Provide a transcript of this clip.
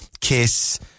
Kiss